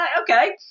okay